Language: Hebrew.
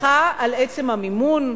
מחה על עצם המימון?